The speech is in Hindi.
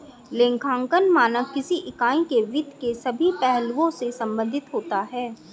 लेखांकन मानक किसी इकाई के वित्त के सभी पहलुओं से संबंधित होता है